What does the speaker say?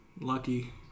lucky